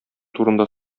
турында